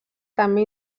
també